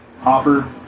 Hopper